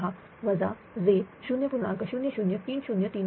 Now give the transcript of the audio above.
00406 j 0